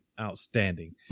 outstanding